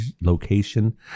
location